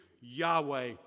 Yahweh